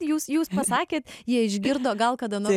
jūs jūs pasakėt jie išgirdo gal kada nors